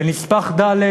בנספח ד',